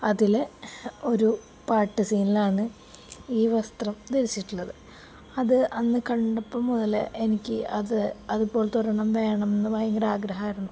അതില് ഒരു പാട്ട് സീനിലാണ് ഈ വസ്ത്രം ധരിച്ചിട്ടുള്ളത് അത് അന്ന് കണ്ടപ്പോള് മുതല് എനിക്ക് അത് അതുപോലത്തെ ഒരെണ്ണം വേണമെന്ന് ഭയങ്കരം ആഗ്രഹമായിരുന്നു